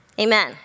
amen